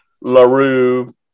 Larue